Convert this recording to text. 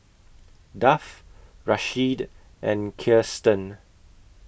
Duff Rasheed and Kiersten